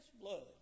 blood